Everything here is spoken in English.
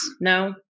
No